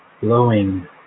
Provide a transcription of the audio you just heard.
blowing